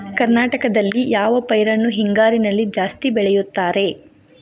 ಕರ್ನಾಟಕದಲ್ಲಿ ಯಾವ ಪೈರನ್ನು ಹಿಂಗಾರಿನಲ್ಲಿ ಜಾಸ್ತಿ ಬೆಳೆಯುತ್ತಾರೆ?